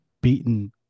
beaten